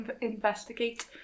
investigate